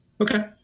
Okay